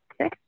Okay